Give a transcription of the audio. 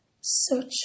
search